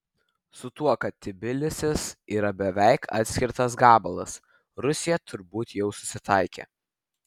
su tuo kad tbilisis yra beveik atkirstas gabalas rusija turbūt jau susitaikė